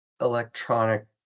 electronic